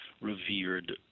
revered